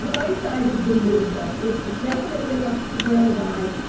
blindside is the new book. it's definitely a thrill ride.